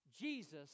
Jesus